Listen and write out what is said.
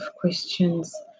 questions